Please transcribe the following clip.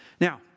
Now